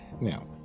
Now